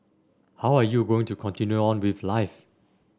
how are you going to continue on with life